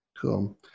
cool